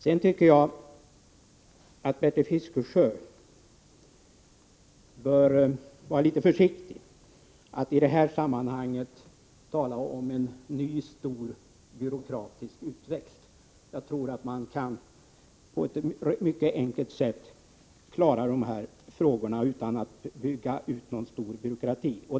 Sedan tycker jag att Bertil Fiskesjö bör vara litet försiktig att i det här sammanhanget tala om en ny stor byråkratisk utväxt. Jag tror att man kan på ett mycket enkelt sätt klara de här frågorna utan att bygga upp någon stor byråkrati.